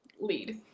lead